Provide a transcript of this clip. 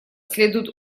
следует